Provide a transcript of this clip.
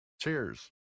Cheers